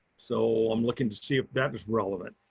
so i'm looking to see if that was relevant.